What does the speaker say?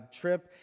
trip